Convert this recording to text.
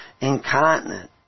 incontinent